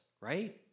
right